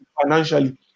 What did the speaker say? financially